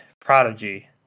Prodigy